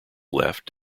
left